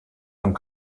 some